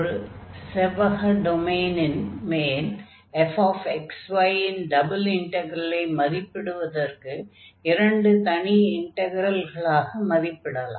ஒரு செவ்வக டொமைனின் மேல் fxy இன் டபுள் இன்டக்ரலை மதிப்பிடுவதற்கு இரண்டு தனி இன்டக்ரல்களாக மதிப்பிடலாம்